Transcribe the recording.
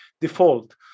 default